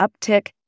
uptick